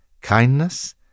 Kindness